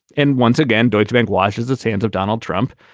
and once again, deutsche bank washes its hands of donald trump.